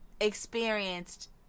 experienced